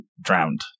drowned